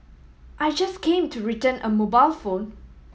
I just came to return a mobile phone